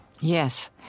Yes